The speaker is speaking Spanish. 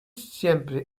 siempre